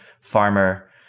farmer